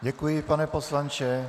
Děkuji, pane poslanče.